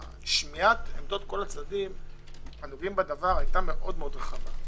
שמיעת עמדות כל הצדדים הנוגעים בדבר היתה מאוד רחבה.